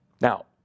Now